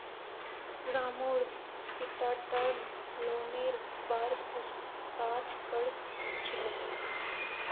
रामूर पिता टर्म लोनेर बार पूछताछ कर छिले